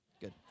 Good